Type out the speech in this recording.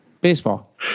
Baseball